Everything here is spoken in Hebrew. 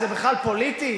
זה בכלל פוליטי?